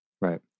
Right